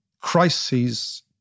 crises